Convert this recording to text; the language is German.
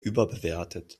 überbewertet